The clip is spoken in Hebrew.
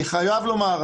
אני חייב לומר,